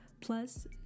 plus